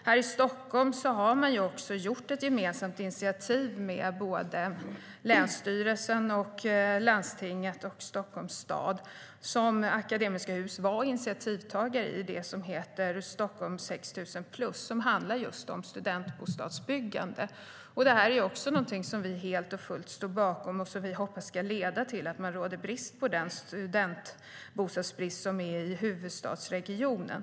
Här i Stockholm har länsstyrelsen, landstinget, Stockholms stad och Akademiska Hus också tagit ett gemensamt initiativ till något som heter Sthlm 6 000 +. Det handlar om just studentbostadsbyggande. Detta är också något som vi helt och fullt står bakom och som vi hoppas ska leda till att man kommer till rätta med den studentbostadsbrist som finns i huvudstadsregionen.